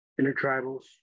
intertribals